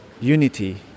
unity